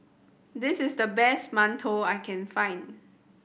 this is the best mantou I can find